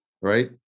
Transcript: Right